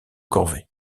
corvées